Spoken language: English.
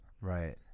right